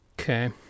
Okay